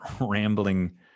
rambling